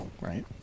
Right